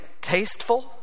tasteful